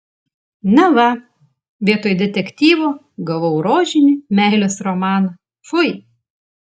na va vietoj detektyvo gavau rožinį meilės romaną fui